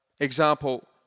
Example